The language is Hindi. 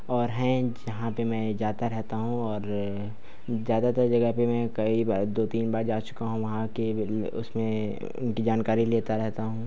और हैं जहाँ पे मैं जाता रहता हूँ और ज़्यादातर जगह पे मैं कई बार दो तीन बार जा चुका हूँ वहां के उसमें जानकारी लेता रहता हूँ